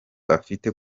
afite